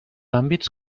àmbits